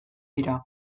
dira